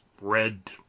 red